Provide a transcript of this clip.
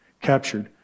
captured